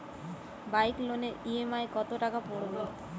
Bike লোনের EMI কত টাকা পড়বে?